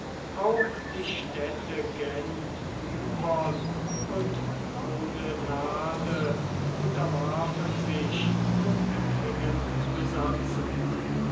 auch die städte gent ypern und oudenarde unterwarfen sich und empfingen besatzung